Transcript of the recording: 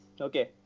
Okay